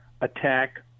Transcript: attack